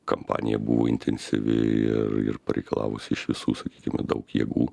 kampanija buvo intensyvi ir ir pareikalavusi iš visų sakykime daug jėgų